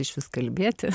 išvis kalbėti